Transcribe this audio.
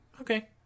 Okay